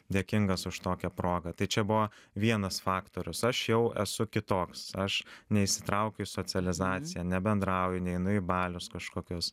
dėkingas už tokią progą tai čia buvo vienas faktorius aš jau esu kitoks aš neįsitraukiu į socializaciją nebendrauju neinu į balius kažkokius